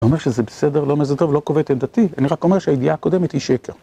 אני אומר שזה בסדר, לא אומר שזה טוב, לא קובע את עמדתי, אני רק אומר שהידיעה הקודמת היא שקר.